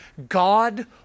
God